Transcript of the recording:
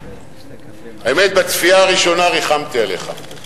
האמת, בצפייה הראשונה ריחמתי עליך.